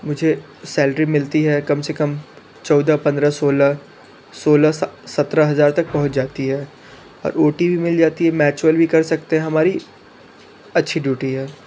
मुझे सैलरी मिलती है कम से कम चौदह पंद्रह सोलह सोलह सत्रह हज़ार तक पहुंच जाती है और ओ टी भी मिल जाती है मैचुअल कर सकते है हमारी अच्छी ड्यूटी है